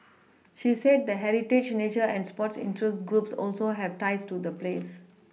she said that heritage nature and sports interest groups also have ties to the place